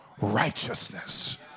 righteousness